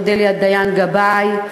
אודליה דיין-גבאי,